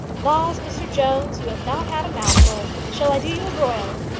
laws, mr jones, you have not had a mouthful. shall i do you a broil?